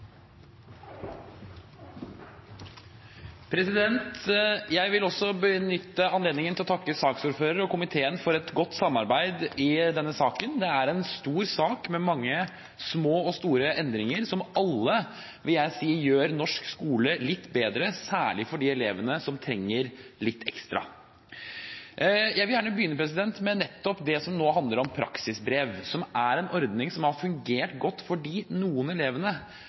spor. Jeg vil også benytte anledningen til å takke saksordføreren og komiteen for et godt samarbeid i denne saken. Det er en stor sak, med mange små og store endringer som alle, vil jeg si, gjør norsk skole litt bedre, særlig for de elevene som trenger litt ekstra. Jeg vil gjerne begynne med nettopp det som handler om praksisbrev, som er en ordning som har fungert godt for noen av de elevene